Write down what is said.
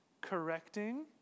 correcting